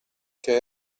che